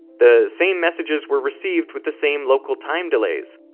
the same messages were received with the same local time delays,